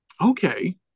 Okay